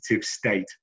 state